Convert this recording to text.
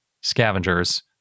scavengers